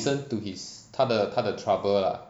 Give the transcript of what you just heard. listen to his 他的他的 trouble lah